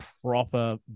Proper